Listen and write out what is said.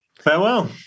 Farewell